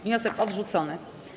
Wniosek odrzucony.